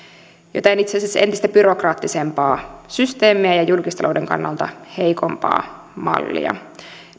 itse asiassa entistä byrokraattisempaa systeemiä ja ja julkistalouden kannalta heikompaa mallia